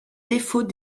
défaut